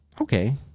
Okay